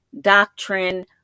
doctrine